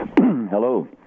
Hello